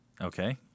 Okay